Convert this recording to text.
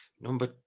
number